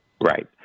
Right